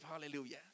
Hallelujah